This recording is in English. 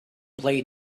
play